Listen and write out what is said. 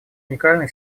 уникальной